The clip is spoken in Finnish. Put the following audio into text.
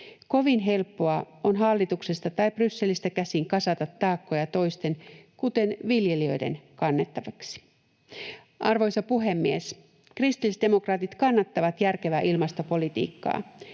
Kovin helppoa on hallituksesta tai Brysselistä käsin kasata taakkoja toisten, kuten viljelijöiden, kannettavaksi. Arvoisa puhemies! Kristillisdemokraatit kannattavat järkevää ilmastopolitiikkaa.